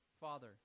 Father